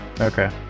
Okay